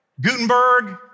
Gutenberg